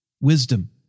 wisdom